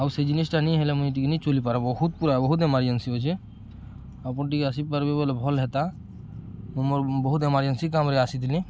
ଆଉ ସେଇ ଜିନିଷଟା ନେଇ ହେଲେ ମୁଇଁ ଟିକେ ନେଇି ଚଲି ପାରବ ବହୁତ ପୁରା ବହୁତ ଏମରଜେନ୍ସି ଅଛେ ଆପଣ ଟିକେ ଆସିପାରିବେ ବୋଲେ ଭଲ୍ ହେତା ମୁଁ ମୋର ବହୁତ ଏମରଜେନ୍ସି କାମରେ ଆସିଥିଲି